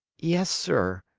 yes, sir,